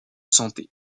santé